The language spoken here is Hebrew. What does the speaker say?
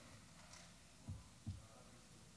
(תמונה של נזקי העישון),